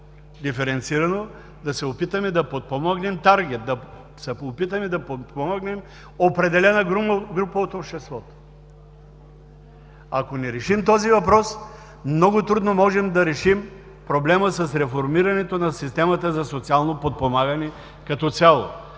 Диференцирано да се опитаме да подпомогнем таргет, да се опитаме да подпомогнем определена група от обществото. Ако не решим този въпрос, много трудно можем да решим проблема с реформирането на системата за социално подпомагане като цяло.